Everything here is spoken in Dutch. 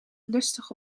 lustig